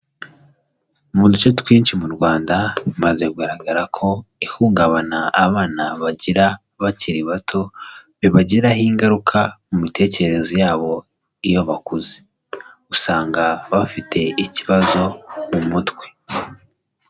Mu duce twinshi mu Rwanda bimaze kugaragara ko ihungabana abana bagira bakiri bato ribagiraho ingaruka mu mitekerereze yabo iyo bakuze. Usanga bafite ikibazo mu mutwe.